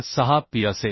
306P असेल